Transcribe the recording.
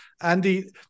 Andy